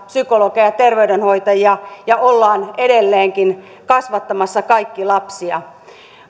psykologeja ja terveydenhoitajia ja ollaan edelleenkin kasvattamassa kaikki lapsia